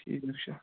ٹھیٖک حظ چھُ